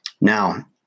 Now